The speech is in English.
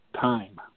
time